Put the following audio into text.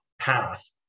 path